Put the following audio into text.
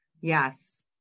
yes